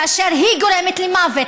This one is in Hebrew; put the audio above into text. כאשר היא גורמת למוות?